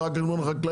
רק על חשבון החקלאים?